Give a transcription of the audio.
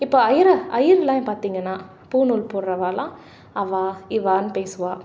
இப்போ ஐயரா ஐயரெலாம் பார்த்தீங்கன்னா பூணூல் போடுறவால்லாம் அவா இவான்னு பேசுவா